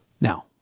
Now